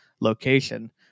location